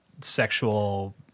sexual